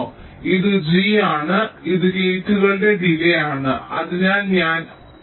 അതിനാൽ ഇത് g ആണ് ഇത് ഗേറ്റുകളുടെ ഡിലേയ് ആൺ അതിനാൽ ഞാൻ 1